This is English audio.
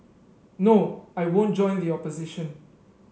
no I won't join the opposition